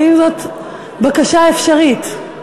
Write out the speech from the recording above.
האם זאת בקשה אפשרית?